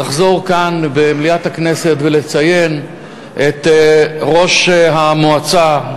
לחזור כאן במליאת הכנסת ולציין את ראש המועצה,